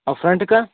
और फ़्रंट का